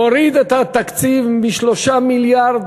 הורידו את התקציב מ-3 מיליארד